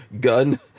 gun